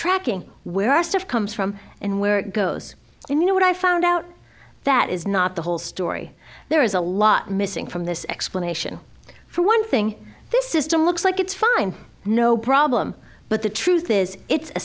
tracking where our stuff comes from and where it goes you know what i found out that is not the whole story there is a lot missing from this explanation for one thing this is done looks like it's fine no problem but the truth is it's a